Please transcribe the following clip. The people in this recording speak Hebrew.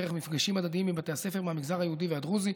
דרך מפגשים הדדיים עם בתי הספר מהמגזר היהודי והדרוזי,